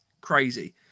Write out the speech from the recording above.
crazy